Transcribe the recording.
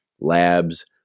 Labs